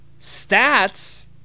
stats